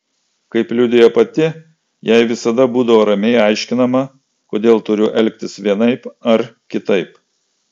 kaip liudija pati jai visada būdavo ramiai aiškinama kodėl turiu elgtis vienaip ar kitaip